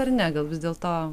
ar ne gal vis dėlto